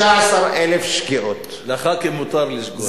16,000 שגיאות, לחברי הכנסת מותר לשגות.